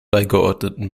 beigeordneten